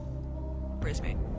Brisbane